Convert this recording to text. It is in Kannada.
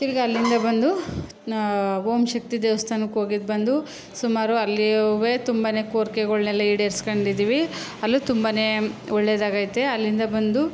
ತಿರುಗ ಅಲ್ಲಿಂದ ಬಂದು ಓಂ ಶಕ್ತಿ ದೇವಸ್ಥಾನಕ್ಕೆ ಹೋಗಿದ್ದು ಬಂದು ಸುಮಾರು ಅಲ್ಲಿವೇ ತುಂಬನೆ ಕೋರಿಕೆಗಳ್ನೆಲ್ಲ ಈಡೇರಿಸ್ಕೊಂಡಿದ್ದೀವಿ ಅಲ್ಲೂ ತುಂಬನೇ ಒಳ್ಳೆಯದಾಗೈತೆ ಅಲ್ಲಿಂದ ಬಂದು